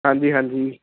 ਹਾਂਜੀ ਹਾਂਜੀ